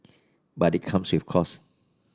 but it comes with costs